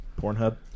Pornhub